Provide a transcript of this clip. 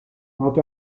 north